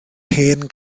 hen